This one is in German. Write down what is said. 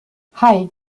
hei